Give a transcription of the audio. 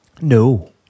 no